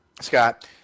Scott